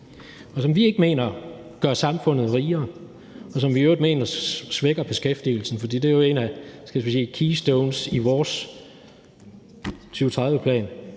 som vi ikke mener gør samfundet rigere, og som vi i øvrigt mener svækker beskæftigelsen. Det er jo en af de keystones, der er i vores 2030-plan,